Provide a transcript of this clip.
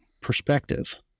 perspective